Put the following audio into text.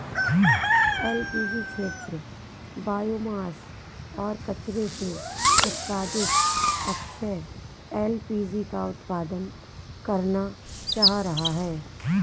LPG क्षेत्र biomass और कचरे से उत्पादित अक्षय एल.पी.जी का उत्पादन करना चाह रहा है